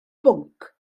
bwnc